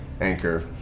Anchor